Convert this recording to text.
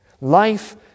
Life